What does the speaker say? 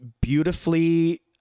beautifully